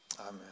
Amen